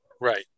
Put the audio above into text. Right